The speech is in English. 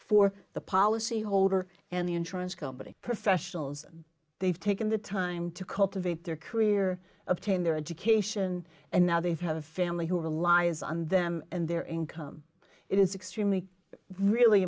for the policyholder and the insurance company professionals they've taken the time to cultivate their career obtain their education and now they've had a family who relies on them and their income it is extremely really